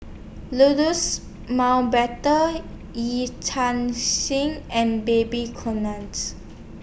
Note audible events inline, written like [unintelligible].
[unintelligible] Mountbatten Yee Chia [unintelligible] and Babes [unintelligible]